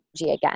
again